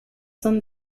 son